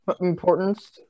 importance